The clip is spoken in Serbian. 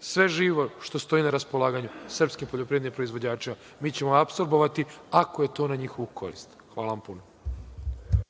sve živo što stoji na raspolaganju, srpskim poljoprivrednim proizvođačima mi ćemo apsorbovati ako je to u njihovu korist. **Đorđe